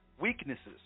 weaknesses